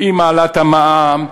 עם העלאת המע"מ,